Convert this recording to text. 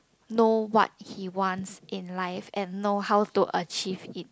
know what he wants in life and know how to achieve it